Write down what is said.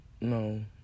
no